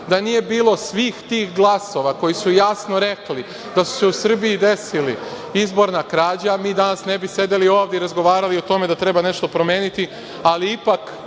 da nije bilo skoro svih tih glasova koji su jasno rekli da su se u Srbiji desili izborna krađa, mi danas ne bi sedeli ovde i razgovarali o tome da treba nešto promeniti, ali ipak